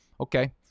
Okay